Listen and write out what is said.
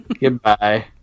goodbye